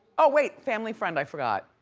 oh wait, family friend, i forgot.